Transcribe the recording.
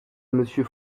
monsieur